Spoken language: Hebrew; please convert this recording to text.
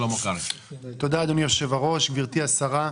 אדוני היושב-ראש וגברתי השרה.